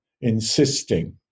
insisting